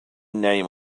name